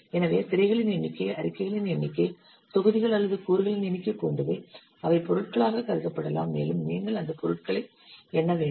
எனவே திரைகளின் எண்ணிக்கை அறிக்கைகளின் எண்ணிக்கை தொகுதிகள் அல்லது கூறுகளின் எண்ணிக்கை போன்றவை அவை பொருட்களாகக் கருதப்படலாம் மேலும் நீங்கள் அந்த பொருட்களை எண்ண வேண்டும்